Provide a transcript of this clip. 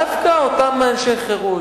אז דווקא אותם אנשי חרות,